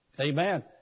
Amen